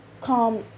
come